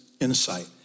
insight